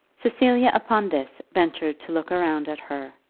cecilia upon this, ventured to look round at her,